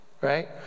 right